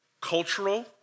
cultural